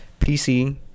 pc